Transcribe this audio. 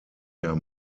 der